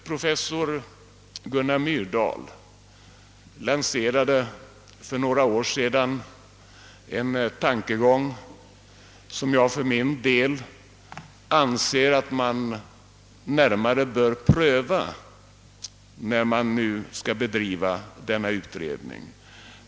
Professor Gunnar Myrdal lanserade för några år sedan en tankegång som jag för min del anser att man närmare bör pröva när man nu skall bedriva denna utredning.